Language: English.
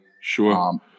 sure